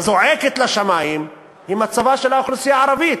הזועקת לשמים, היא מצבה של האוכלוסייה הערבית,